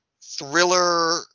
thriller